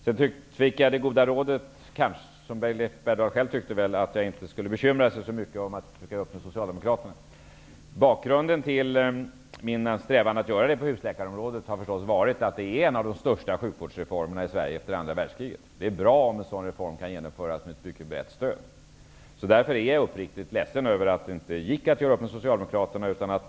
Jag fick det goda rådet -- Leif Bergdahl tycker väl själv det -- att jag inte skall bekymra mig så mycket för att jag inte lyckades göra upp med Socialdemokraterna. Bakgrunden till min strävan att i husläkarfrågan försöka lyckas med det har varit att det är en av de största sjukvårdsreformerna i Sverige efter andra världskriget. Det är bra om en sådan reform kan genomföras med mycket brett stöd. Därför är jag uppriktigt sagt ledsen över att det inte gick att göra upp med Socialdemokraterna.